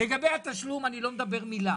לגבי התשלום, אני לא מדבר מילה,